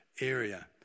area